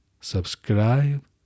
Subscribe